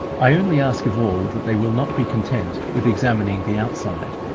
i only ask of all that they will not be content with examining the outside,